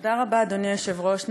תודה רבה, אדוני היושב-ראש.